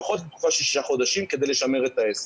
לפחות לתקופה של שישה חודשים כדי לשמר את העסק.